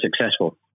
successful